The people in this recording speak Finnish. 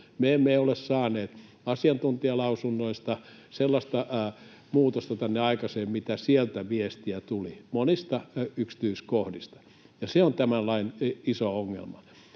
Me emme ole saaneet asiantuntijalausunnoista sellaista muutosta tänne aikaan, mistä sieltä tuli viestiä monista yksityiskohdista, ja se on tämän paketin iso ongelma.